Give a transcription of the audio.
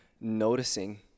noticing